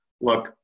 look